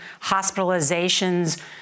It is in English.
hospitalizations